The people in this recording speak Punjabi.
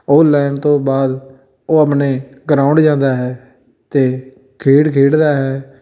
ਉਹ ਲੈਣ ਤੋਂ ਬਾਅਦ ਉਹ ਆਪਣੇ ਗਰਾਊਂਡ ਜਾਂਦਾ ਹੈ ਅਤੇ ਖੇਡ ਖੇਡਦਾ ਹੈ